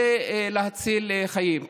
ולהציל חיים.